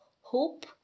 hope